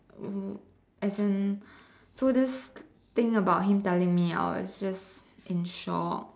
w~ w~ as in so this thing about him telling me I was just in shock